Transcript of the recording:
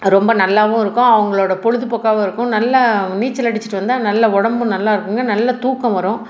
ரொம்ப நல்லாவும் இருக்கும் அவங்களோட பொழுது போக்காகவும் இருக்கும் நல்ல நீச்சலடிச்சிட்டு வந்தால் நல்ல உடம்பும் நல்லா இருக்குங்க நல்ல தூக்கம் வரும்